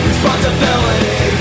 responsibility